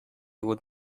would